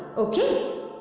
okay,